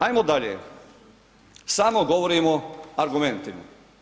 Ajmo dalje, samo govorimo argumentima.